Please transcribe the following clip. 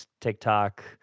TikTok